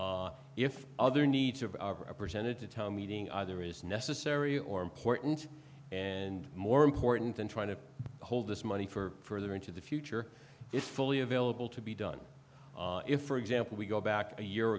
if other needs of a presented to town meeting either is necessary or important and more important than trying to hold this money for other into the future is fully available to be done if for example we go back a year